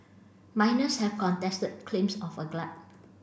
miners have contested claims of a glut